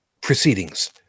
proceedings